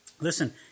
Listen